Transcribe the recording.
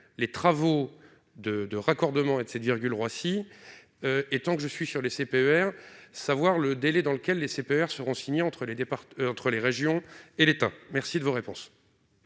les travaux de raccordement et de 7 Roissy et tant que je suis sur les CPER savoir le délai dans lequel les CPR seront signés entre les départs entre les régions et l'État, merci de vos réponses.